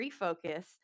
refocus